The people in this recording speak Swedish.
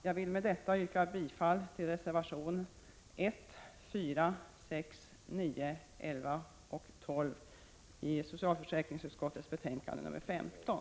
Jag vill med detta yrka bifall till reservationerna 1,4, 6,9, 11 och 12 i socialförsäkringsutskottets betänkande 15.